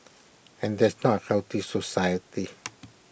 and that's not A healthy society